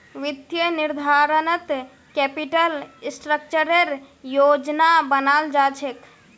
वित्तीय निर्धारणत कैपिटल स्ट्रक्चरेर योजना बनाल जा छेक